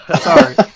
Sorry